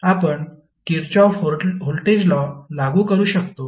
आपण Kirchhoff voltage law लागू करू शकतो